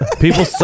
People